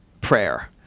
prayer